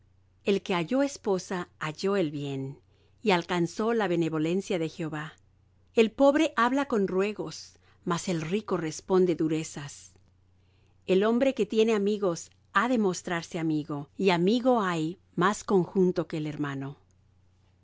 el que halló esposa halló el bien y alcanzó la benevolencia de jehová el pobre habla con ruegos mas el rico responde durezas el hombre que tiene amigos ha de mostrarse amigo y amigo hay más conjunto que el hermano